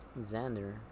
Xander